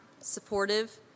supportive